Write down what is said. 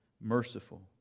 merciful